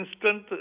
instant